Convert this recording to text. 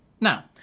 now